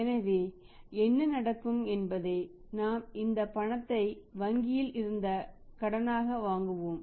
எனவே என்ன நடக்கும் என்பதை நாம் இந்த பணத்தை வங்கியில் இருந்து கடனாக வாங்குவோம்